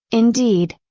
indeed,